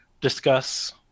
discuss